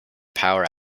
power